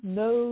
no